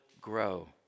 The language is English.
grow